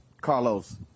Carlos